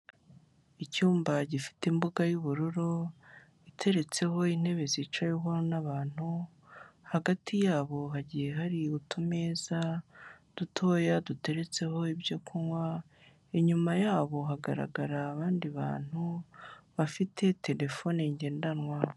Icyumba gifite imbuga y'ubururu iteretseho intebe zicaweho n'abantu hagati yabo hagiye hari utumeza dutoya duteretseho ibyo kunywa, inyuma yabo hagaragara abandi bantu bafite telefone ngendanwa.